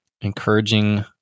encouraging